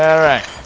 ah alright,